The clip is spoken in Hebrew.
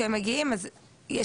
יש אותו גם אצל המעסיקים,